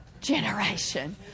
generation